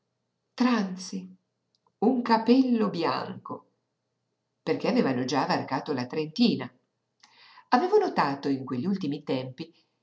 tranzi un capello bianco perché aveva già varcato la trentina avevo notato in quegli ultimi tempi